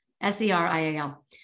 S-E-R-I-A-L